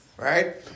right